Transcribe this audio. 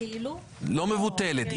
לא מבוטלת,